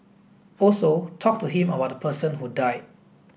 also talk to him about the person who died